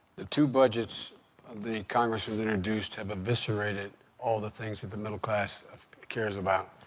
the two budgets the congressman introduced have eviscerated all the things that the middle class cares about.